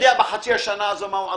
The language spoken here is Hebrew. בחצי השנה הזאת מה הוא עשה,